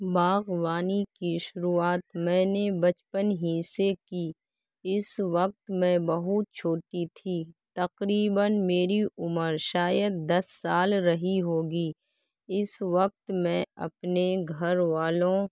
باغبانی کی شروعات میں نے بچپن ہی سے کی اس وقت میں بہت چھوٹی تھی تقریباً میری عمر شاید دس سال رہی ہوگی اس وقت میں اپنے گھر والوں